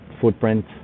footprint